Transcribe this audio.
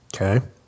Okay